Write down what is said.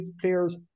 players